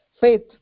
faith